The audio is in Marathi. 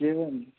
जेवण